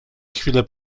chwilę